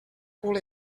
cul